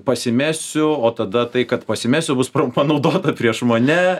pasimesiu o tada tai kad pasimesiu bus panaudota prieš mane